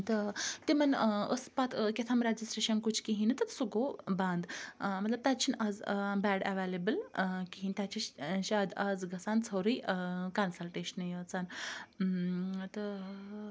تہٕ تِمَن ٲس پَتہٕ کیٚاہ تام ریٚجِسٹریشَن کُچھ کِہینۍ تہٕ سُہ گوٚو بَنٛد مَطلَب تَتہِ چھِنہٕ آز بیٚڈ اَویٚلیبل کِہیٖنۍ تَتہِ چھُ شایَد آزٕ گَژھان ژھوٚرُے کَنسَلٹیشنے یٲژَن تہٕ